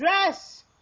dress